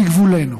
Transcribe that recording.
מגבולנו,